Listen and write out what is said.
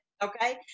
Okay